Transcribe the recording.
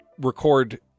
record